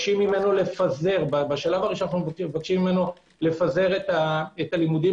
בשלב הראשון מבקשים ממנו לפזר את הלימודים,